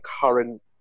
current